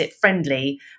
friendly